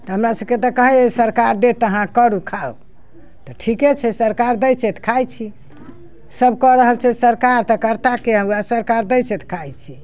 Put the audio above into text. तऽ हमरा सभके तऽ कहै सरकार देत अहाँ करू खाउ तऽ ठीके छथि सरकार दै छथि खाइ छी सभ कऽ रहल छै सरकार तऽ करताकी वएह सरकार दै छथि खाइ छी